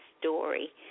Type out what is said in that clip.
story